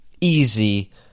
easy